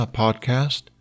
podcast